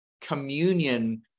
communion